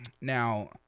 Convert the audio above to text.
Now